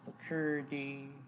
security